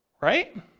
right